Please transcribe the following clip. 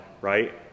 right